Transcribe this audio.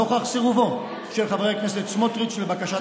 נוכח סירובו של חבר הכנסת סמוטריץ' לבקשת